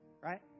right